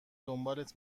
دنبالت